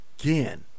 again